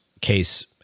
case